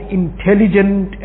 intelligent